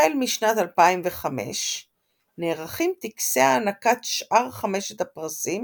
החל משנת 2005 נערכים טקסי הענקת שאר חמשת הפרסים